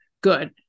good